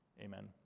amen